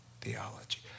theology